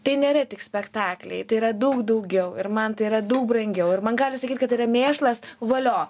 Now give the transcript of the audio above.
tai nėra tik spektakliai tai yra daug daugiau ir man tai yra daug brangiau ir man gali sakyt kad yra mėšlas valio